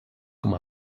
com